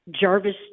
Jarvis